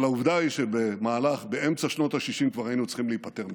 אבל עובדה היא שבאמצע שנות השישים כבר היינו צריכים להיפטר מזה,